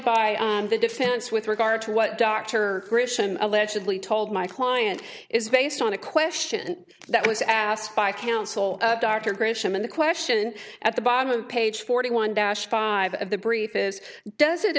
by the defense with regard to what dr christian allegedly told my client is based on a question that was asked by counsel dr grisham and the question at the bottom of page forty one dash five of the brief is does it